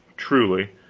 truly.